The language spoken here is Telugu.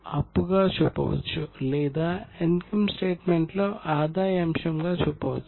క్యాపిటల్ అకౌంట్ లో ఆదాయ అంశంగా చూపవచ్చు